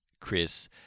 Chris